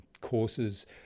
courses